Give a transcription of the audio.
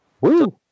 Woo